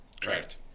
correct